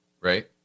Right